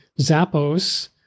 Zappos